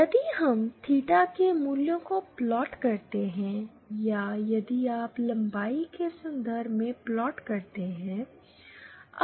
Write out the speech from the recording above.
यदि हम थीटा के मूल्यों को प्लाट करते हैं या यदि आप लंबाई के संदर्भ में प्लाट करते हैं